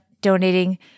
Donating